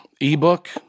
ebook